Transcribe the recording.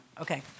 Okay